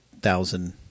thousand